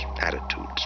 attitudes